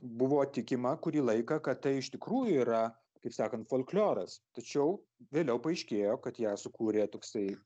buvo tikima kurį laiką kad tai iš tikrųjų yra kaip sakant folkloras tačiau vėliau paaiškėjo kad ją sukūrė toksai